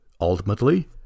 ultimately